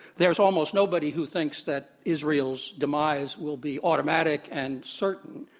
there's almost nobody who thinks that israel's demise will be automatic and certain.